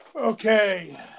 okay